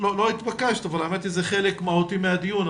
לא התבקשת, אבל האמת היא שזה חלק מהותי מהדיון.